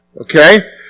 Okay